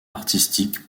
artistique